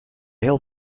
hill